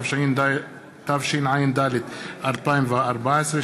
התשע"ד 2014,